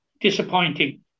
disappointing